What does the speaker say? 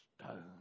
stone